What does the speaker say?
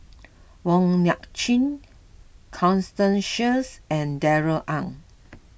Wong Nai Chin Constance Sheares and Darrell Ang